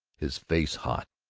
his face hot,